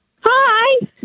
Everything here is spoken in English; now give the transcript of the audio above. Hi